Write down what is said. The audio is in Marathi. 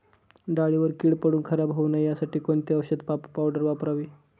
डाळीवर कीड पडून खराब होऊ नये यासाठी कोणती औषधी पावडर वापरावी?